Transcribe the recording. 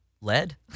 lead